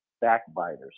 Backbiters